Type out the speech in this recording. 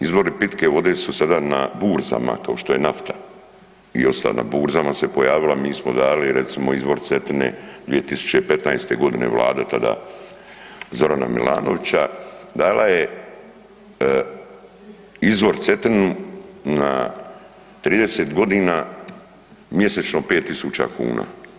Izvori pitke vode su sada na burzama kao što je nafta, i …/nerazumljivo/… na burzama se pojavila, mi smo dali recimo izvor Cetine 2015. godine vlada tada Zorana Milanovića dala je izvor Cetinu na 30 godina mjesečno 5.000 kuna.